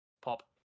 pop